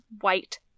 white